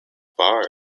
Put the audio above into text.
bar